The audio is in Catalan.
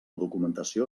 documentació